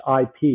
IP